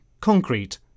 concrete